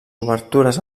obertures